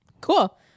Cool